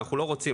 ואנחנו לא רוצים.